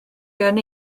gen